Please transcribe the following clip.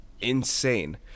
insane